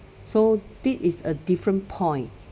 so this is a different point